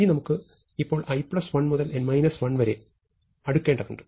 ഇനി നമുക്ക് ഇപ്പോൾ i1 മുതൽ n 1 വരെ അടുക്കേണ്ടതുണ്ട്